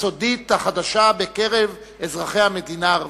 הסודית החדשה בקרב אזרחי המדינה הערבים.